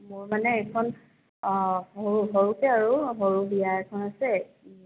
মোৰ মানে এইখন সৰুকৈ আৰু সৰু বিয়া এখন আছে